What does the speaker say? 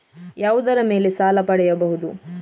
ಯಾವುದರ ಮೇಲೆ ಸಾಲ ಪಡೆಯಬಹುದು?